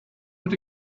want